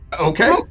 Okay